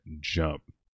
jump